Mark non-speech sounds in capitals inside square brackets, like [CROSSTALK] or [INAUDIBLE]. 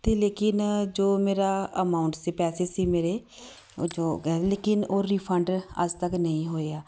ਅਤੇ ਲੇਕਿਨ ਜੋ ਮੇਰਾ ਅਮਾਊਂਟ ਸੀ ਪੈਸੇ ਸੀ ਮੇਰੇ [UNINTELLIGIBLE] ਲੇਕਿਨ ਉਹ ਰਿਫੰਡ ਅੱਜ ਤੱਕ ਨਹੀਂ ਹੋਏ ਆ